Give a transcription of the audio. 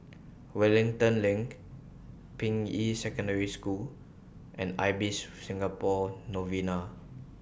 Wellington LINK Ping Yi Secondary School and Ibis Singapore Novena